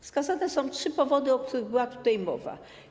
Wskazane są trzy powody, o których była tutaj mowa.